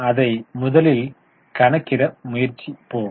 அதை முதலில் கணக்கிட முயற்சிப்போம்